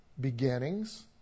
Beginnings